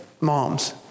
moms